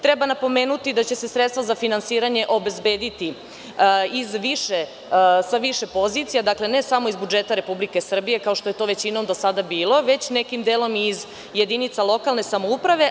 Treba napomenuti da će se sredstva za finansiranje obezbediti sa više pozicija, a ne samo iz budžeta Republike Srbije, kao što je to većinom do sada bilo, već nekim delom iz jedinica lokalne samouprave.